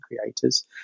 creators